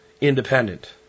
independent